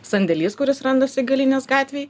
sandėlys kuris randasi galinės gatvėj